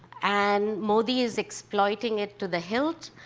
and modi is exploiting it to the hilt.